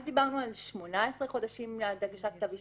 אז דיברנו על 18 חודשים עד להגשת כתב אישום,